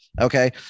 Okay